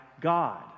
God